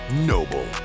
Noble